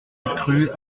crut